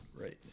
Right